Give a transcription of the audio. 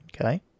Okay